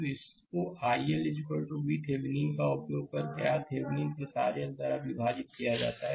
तो इसको i L VThevenin का उपयोग करके RThevenin RL द्वारा विभाजित किया गया है